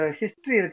history